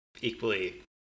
equally